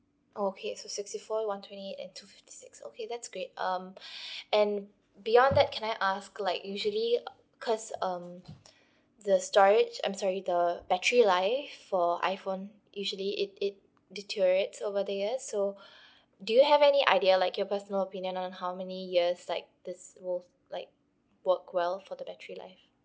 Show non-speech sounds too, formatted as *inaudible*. oh okay so sixty four one twenty eight and two fifty six okay that's great um *breath* and beyond that can I ask like usually uh cause um *breath* the storage I'm sorry the battery life for iphone usually it it deteriorates over the years so *breath* do you have any idea like your personal opinion on how many years like this will like work well for the battery life